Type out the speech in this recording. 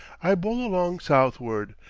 i bowl along southward,